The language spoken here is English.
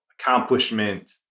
accomplishment